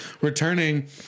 Returning